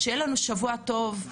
שיהיה לנו שבוע טוב,